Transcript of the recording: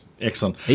Excellent